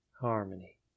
harmony